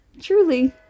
truly